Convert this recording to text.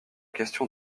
question